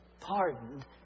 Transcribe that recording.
pardoned